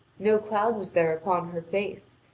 no cloud was there upon her face,